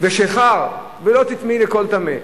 ושיכר ולא תיטמאי בכל טמא.